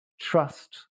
trust